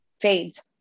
fades